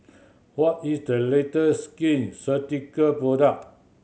what is the latest Skin Ceutical product